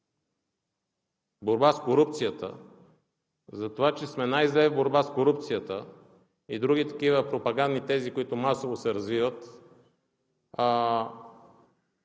борба с корупцията – за това, че сме най-зле в борбата с корупцията, и други такива пропагандни тези, които масово се развиват,